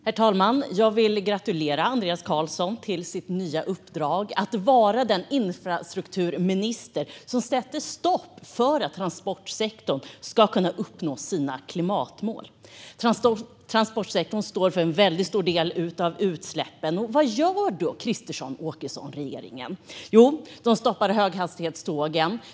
Herr talman! Jag vill gratulera Andreas Carlson till hans nya uppdrag, att vara den infrastrukturminister som sätter stopp för att transportsektorn ska kunna uppnå sina klimatmål. Transportsektorn står för en stor del av utsläppen, och vad gör Kristersson-Åkesson-regeringen då? Jo, de stoppar höghastighetstågen.